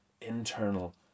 internal